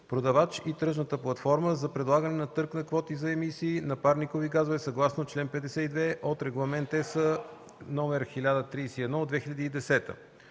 продавач и тръжната платформа за предлагане на търг на квоти за емисии на парникови газове съгласно чл. 52 от Регламент (ЕС) № 1031/2010;